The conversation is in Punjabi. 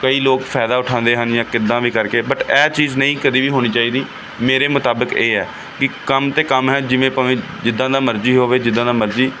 ਕਈ ਲੋਕ ਫਾਇਦਾ ਉਠਾਉਂਦੇ ਹਨ ਜਾਂ ਕਿੱਦਾਂ ਵੀ ਕਰਕੇ ਬੱਟ ਇਹ ਚੀਜ਼ ਨਹੀਂ ਕਦੀ ਵੀ ਹੋਣੀ ਚਾਹੀਦੀ ਮੇਰੇ ਮੁਤਾਬਕ ਇਹ ਹੈ ਕਿ ਕੰਮ ਤਾਂ ਕੰਮ ਹੈ ਜਿਵੇਂ ਭਾਵੇਂ ਜਿੱਦਾਂ ਦਾ ਮਰਜ਼ੀ ਹੋਵੇ ਜਿੱਦਾਂ ਦਾ ਮਰਜ਼ੀ